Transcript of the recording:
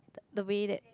the way that